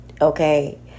okay